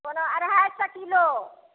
कोनो अढ़ाइ सए किलो